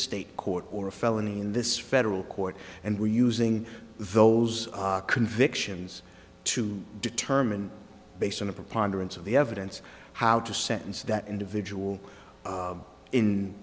state court or a felony in this federal court and we're using those convictions to determine based on the preponderance of the evidence how to sentence that individual